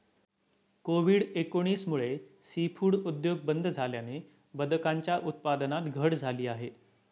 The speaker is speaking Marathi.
कोविड एकोणीस मुळे सीफूड उद्योग बंद झाल्याने बदकांच्या उत्पादनात घट झाली आहे